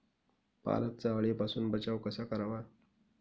पालकचा अळीपासून बचाव कसा करावा?